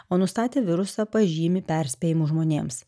o nustatę virusą pažymi perspėjimus žmonėms